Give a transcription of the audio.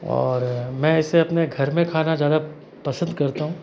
और मैं इसे अपने घर में खाना ज़्यादा पसंद करता हूँ